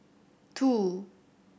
two